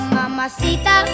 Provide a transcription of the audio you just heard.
Mamacita